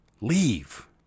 Leave